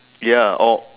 ya or